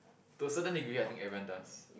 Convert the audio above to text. to a certain degree I think everyone does